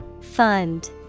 Fund